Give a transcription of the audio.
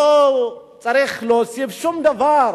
לא צריך להוסיף שום דבר